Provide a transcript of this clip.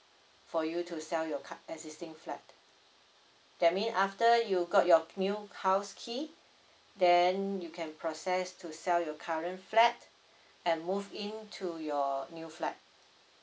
for you to sell your existing flat that mean after you got your new house key then you can process to sell your current flat and move in to your new flat